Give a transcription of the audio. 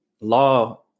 Law